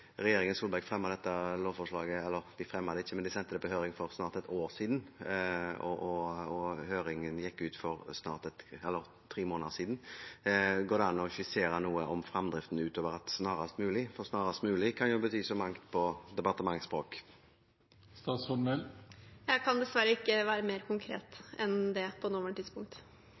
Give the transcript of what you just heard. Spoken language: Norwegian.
regjeringen Solberg sendte dette lovforslaget på høring for snart et år siden, og høringsfristen gikk ut for tre måneder siden. Går det an å skissere noe om framdriften utover snarest mulig, for snarest mulig kan jo bety så mangt på departementsspråk? Jeg kan dessverre ikke være mer konkret enn det på nåværende tidspunkt.